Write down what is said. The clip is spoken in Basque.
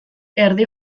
erdi